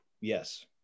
yes